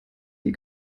die